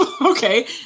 Okay